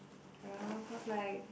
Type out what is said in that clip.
around cause like